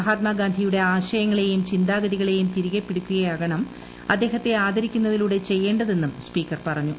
മഹാത്മാഗാന്ധിയുടെ ആശയങ്ങളേയും ചിന്താഗതികളേയും തിരികെ പിടിക്കുകയാകണം അദ്ദേഹത്തെ ആദരിക്കുന്നതിലൂടെ ചെയ്യേണ്ടതെന്നും സ്പീക്കർ പറഞ്ഞു